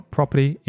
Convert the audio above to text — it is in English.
Property